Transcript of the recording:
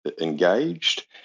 engaged